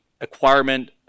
acquirement